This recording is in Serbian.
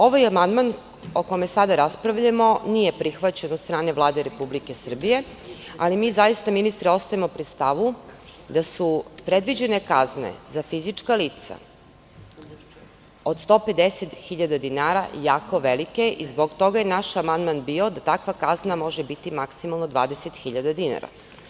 Ovaj amandman, o kome sada raspravljamo, nije prihvaćen od strane Vlade Republike Srbije, ali mi zaista ministre ostajemo pri stavu da su predviđene kazne za fizička lica od 150.000 dinara jako velike i zbog toga je naš amandman bio da takva kazna može biti maksimalno 20.000 dinara.